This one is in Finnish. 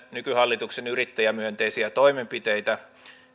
nykyhallituksen yrittäjämyönteisiä toimenpiteitä